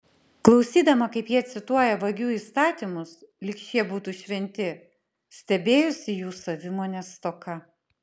klausydama kaip jie cituoja vagių įstatymus lyg šie būtų šventi stebėjosi jų savimonės stoka